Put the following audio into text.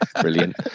Brilliant